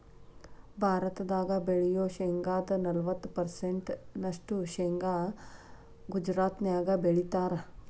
ಭಾರತದಾಗ ಬೆಳಿಯೋ ಶೇಂಗಾದ ನಲವತ್ತ ಪರ್ಸೆಂಟ್ ನಷ್ಟ ಶೇಂಗಾ ಗುಜರಾತ್ನ್ಯಾಗ ಬೆಳೇತಾರ